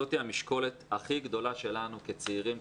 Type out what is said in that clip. זו המשקולת הכי גדולה שלנו כצעירים,